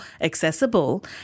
accessible